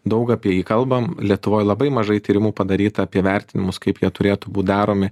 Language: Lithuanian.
daug apie jį kalbam lietuvoj labai mažai tyrimų padaryta apie vertinimus kaip jie turėtų būt daromi